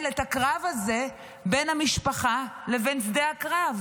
את הקרב הזה בין המשפחה לבין שדה הקרב.